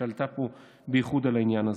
שעלתה פה, בייחוד על העניין הזה.